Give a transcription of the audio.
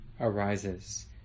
arises